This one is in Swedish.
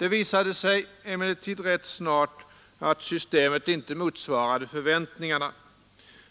Det visade sig emellertid rätt snart att systemet inte motsvarade förväntningarna.